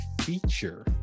feature